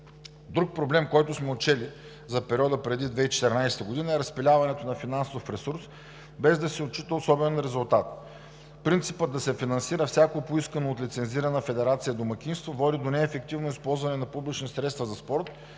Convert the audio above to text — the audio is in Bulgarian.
Друг проблем, който сме отчели за периода преди 2014 г., е разпиляването на финансов ресурс, без да се отчита особен резултат. Принципът да се финансира всяко поискано от лицензирана федерация домакинство води до неефективно използване на публични средства за спорт